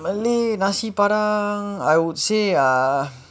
malay nasi padang I would say ah